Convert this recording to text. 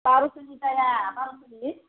बार'स'नि जाया बार'स'नि